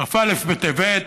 כ"א בטבת,